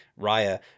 Raya